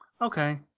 okay